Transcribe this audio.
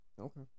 Okay